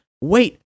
wait